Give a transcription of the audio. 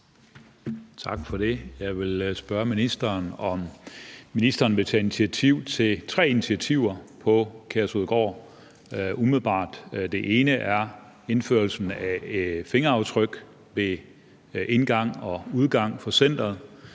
Tak for det. Jeg vil spørge ministeren, om ministeren umiddelbart vil tage initiativ til tre ting på Kærshovedgård. Den ene er indførelse af fingeraftryk ved indgang og udgang af centeret,